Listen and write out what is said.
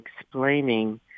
explaining